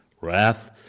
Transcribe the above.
wrath